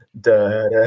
da